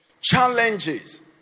Challenges